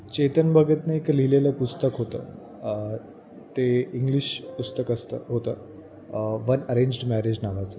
चेतन भगतनं एक लिहिलेलं पुस्तक होतं ते इंग्लिश पुस्तक असतं होतं वन अरेंज्ड मॅरेज नावाचं